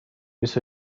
بیست